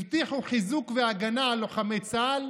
הבטיחו חיזוק והגנה על לוחמי צה"ל,